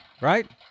right